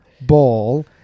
ball